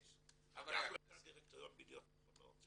הייתה החלטת דירקטוריון בידיעות אחרונות,